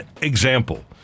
example